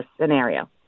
scenario